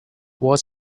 what